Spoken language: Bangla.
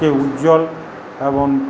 কে উজ্জ্বল এবং